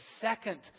second